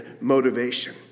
motivation